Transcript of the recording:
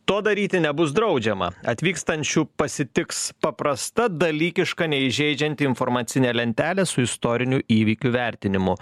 to daryti nebus draudžiama atvykstančių pasitiks paprasta dalykiška neįžeidžianti informacinė lentelė su istorinių įvykių vertinimu